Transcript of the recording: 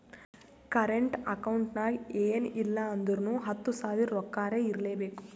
current account ನಾಗ್ ಎನ್ ಇಲ್ಲ ಅಂದುರ್ನು ಹತ್ತು ಸಾವಿರ ರೊಕ್ಕಾರೆ ಇರ್ಲೆಬೇಕು